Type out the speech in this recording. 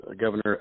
Governor